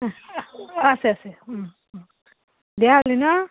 আছে আছে হ'লি ন'